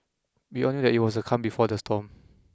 we all knew that it was the calm before the storm